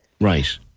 Right